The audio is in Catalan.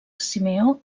simeó